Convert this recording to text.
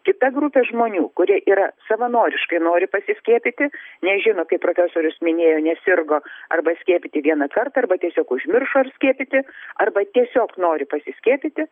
kita grupė žmonių kurie yra savanoriškai nori pasiskiepyti nežino kaip profesorius minėjo nesirgo arba skiepyti vieną kartą arba tiesiog užmiršo skiepytis arba tiesiog nori pasiskiepyti